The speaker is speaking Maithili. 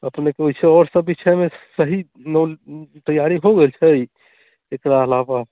अपनेकेँ ओइसे आओर सभ विषयमे सही तैयारी हो गेल छै एकरा अलावा